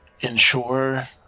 ensure